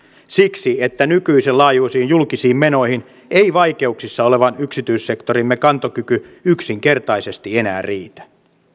siksi että nykyisen laajuisiin julkisiin menoihin ei vaikeuksissa olevan yksityissektorimme kantokyky yksinkertaisesti enää riitä